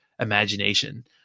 imagination